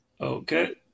Okay